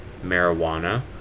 marijuana